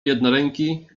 jednoręki